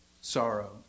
sorrow